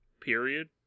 period